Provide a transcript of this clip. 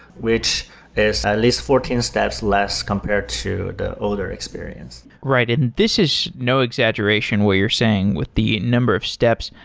which is at least fourteen steps less compared to the older experience. right, and this is no exaggeration what you're saying with the number of steps.